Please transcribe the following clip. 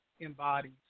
embodies